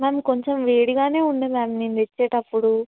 ma'am కొంచెం వేడిగానే ఉన్నది మ్యామ్ నేను తెచ్చేటప్పుడు